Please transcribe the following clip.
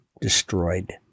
destroyed